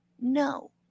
No